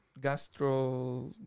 gastro